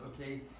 okay